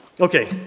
Okay